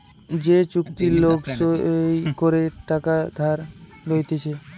যে চুক্তি লোক সই করে টাকা ধার লইতেছে